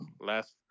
Last